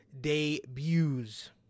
debuts